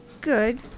good